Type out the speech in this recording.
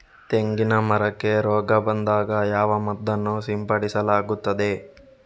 ತೆಂಗಿನ ಮರಕ್ಕೆ ರೋಗ ಬಂದಾಗ ಯಾವ ಮದ್ದನ್ನು ಸಿಂಪಡಿಸಲಾಗುತ್ತದೆ?